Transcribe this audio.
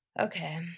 Okay